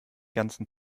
ganzen